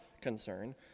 concern